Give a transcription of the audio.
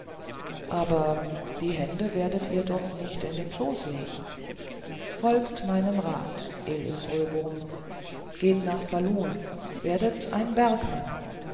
aber die hände werdet ihr doch nicht in den schoß legen folgt meinem rat elis fröbom geht nach falun werdet ein bergmann